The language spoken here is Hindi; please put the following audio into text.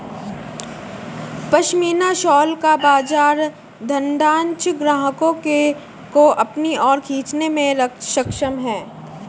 पशमीना शॉल का बाजार धनाढ्य ग्राहकों को अपनी ओर खींचने में सक्षम है